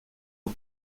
aux